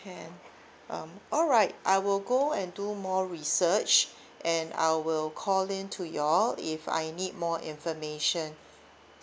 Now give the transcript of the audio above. can um alright I will go and do more research and I will call in to you all if I need more information